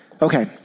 Okay